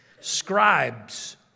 Scribes